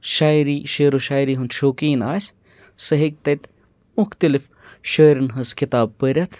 شاعری شعرو شاعری ہُنٛد شوقیٖن آسہِ سُہ ہیٚکہِ تَتہِ مُختلِف شٲعریٚن ہٕنٛز کِتاب پٔرِتھ